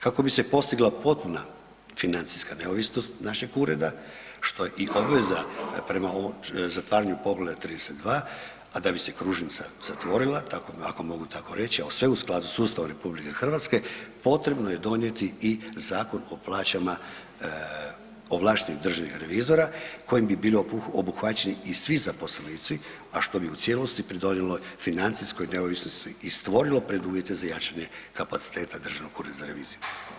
Kako bi se postigla potpuna financijska neovisnost našeg ureda što je i obveza prema zatvaranju poglavlja 32, a da bi se kružnica zatvorila, ako mogu tako reći, a sve u skladu sa Ustavom RH, potrebno je donijeti i zakon o plaćama ovlaštenih državnih revizora kojim bi bili obuhvaćeni i svi zaposlenici, a što bi u cijelosti pridonijelo financijskoj neovisnosti i stvorilo preduvjete za jačanje kapaciteta Državnog ureda za reviziju.